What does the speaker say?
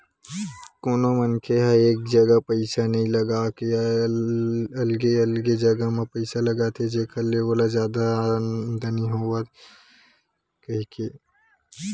कोनो मनखे ह एक जगा पइसा नइ लगा के अलगे अलगे जगा म पइसा लगाथे जेखर ले ओला जादा आमदानी होवय कहिके